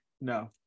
no